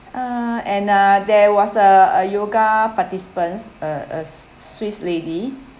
uh and uh there was a a yoga participants a a s~ swiss lady